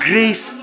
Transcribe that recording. Grace